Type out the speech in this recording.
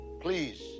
Please